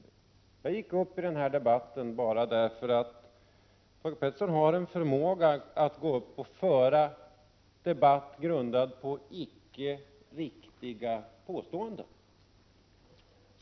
29 Jag gick upp i debatten bara därför att Thage G Peterson har en förmåga 30 november 1987 att föra debatter utan att ha riktiga påståenden som grund.